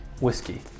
whiskey